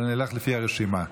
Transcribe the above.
אבל נלך לפי הרשימה.